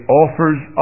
offers